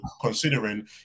considering